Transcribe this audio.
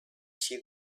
she